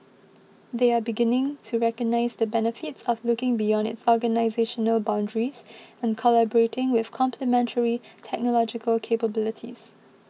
they are beginning to recognise the benefits of looking beyond its organisational boundaries and collaborating with complementary technological capabilities